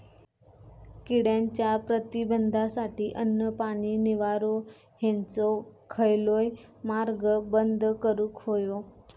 किड्यांच्या प्रतिबंधासाठी अन्न, पाणी, निवारो हेंचो खयलोय मार्ग बंद करुक होयो